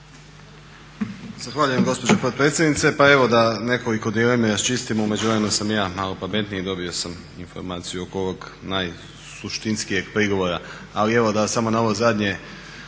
Zahvaljujem gospođo potpredsjednice. Pa evo da nekoliko dilema raščistimo. U međuvremenu sam i ja malo pametniji, dobio sam informaciju oko ovog najsuštinskijeg prigovora. Ali evo da samo na ovo zadnje